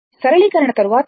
సరళీకరణ తర్వాత 0